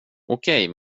okej